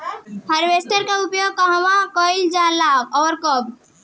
Harvester का उपयोग कहवा कइल जाला और कब?